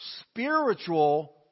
spiritual